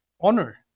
honor